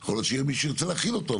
יכול להיות שיהיה מי שירצה להחיל אותו,